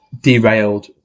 derailed